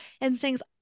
instincts